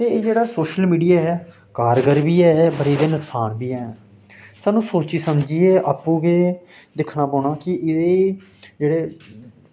ते एह् जेह्ड़ा सोशल मीडिया ऐ कारगर बी ऐ पर एह्दे नकसान बी हैन सानूं सोची समझियै आपूं गै दिक्खना पौना कि एह्दे जेह्ड़े